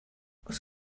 oes